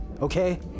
Okay